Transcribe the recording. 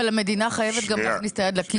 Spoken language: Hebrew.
אבל המדינה חייבת גם להכניס את היד לכיס.